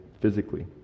Physically